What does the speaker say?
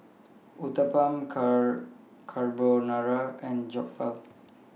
Uthapam Carbonara and Jokbal